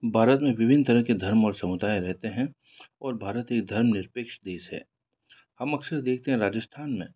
भारत में विभिन्न तरह के धर्म और समुदाय रहते हैं और भारत एक धर्म निरपेक्ष देश है हम अक्सर देखते हैं राजस्थान में